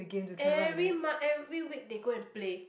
every month every week they go and play